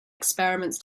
experiments